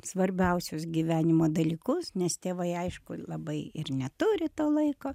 svarbiausius gyvenimo dalykus nes tėvai aišku labai ir neturi to laiko